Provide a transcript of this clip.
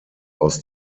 aus